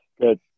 Good